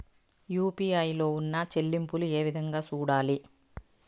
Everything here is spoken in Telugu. యు.పి.ఐ లో ఉన్న చెల్లింపులు ఏ విధంగా సూడాలి